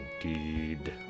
indeed